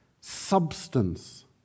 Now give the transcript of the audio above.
substance